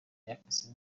y’akazi